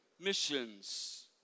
missions